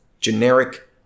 generic